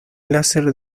láser